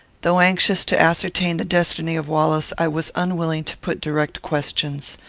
though anxious to ascertain the destiny of wallace, i was unwilling to put direct questions.